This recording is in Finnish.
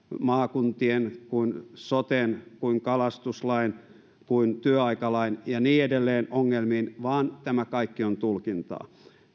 maakuntien kuin soten kalastuslain tai työaikalain ja niin edelleen ongelmiin vaan tämä kaikki on tulkintaa